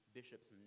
bishops